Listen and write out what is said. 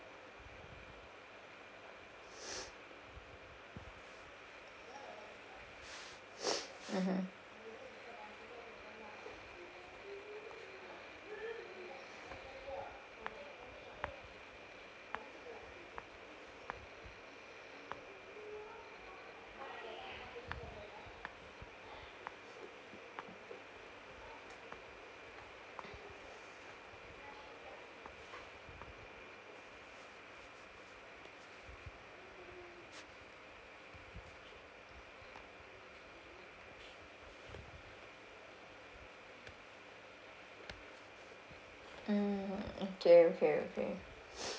mmhmm mm okay okay okay